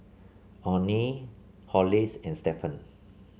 Onnie Hollis and Stephan